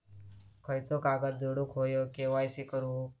खयचो कागद जोडुक होयो के.वाय.सी करूक?